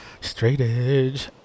straight-edge